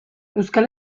euskal